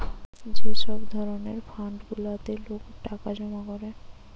যে সব ধরণের ফান্ড গুলাতে লোক টাকা জমা করে